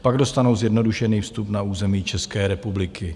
Pak dostanou zjednodušený vstup na území České republiky.